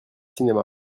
cinéma